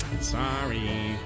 Sorry